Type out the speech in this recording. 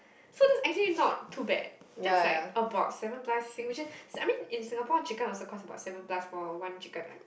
so that's actually not too bad that's like about seven plus Sing which is I mean in Singapore chicken also cost about seven plus for one chicken right